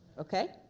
Okay